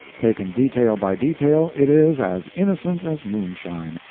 taken detail by detail, it is as innocent as moonshine.